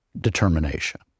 determination